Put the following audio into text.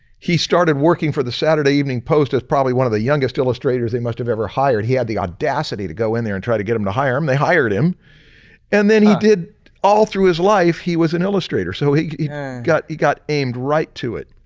he started working for the saturday evening post as probably one of the youngest illustrators they must have ever hired, he had the audacity to go in there and try to get him to hire him, they hired him and then he did all through his life he was an illustrator. so he got he got aimed right to it.